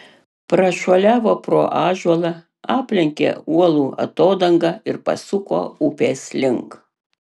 prašuoliavo pro ąžuolą aplenkė uolų atodangą ir pasuko upės link